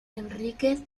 enríquez